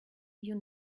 you